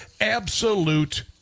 absolute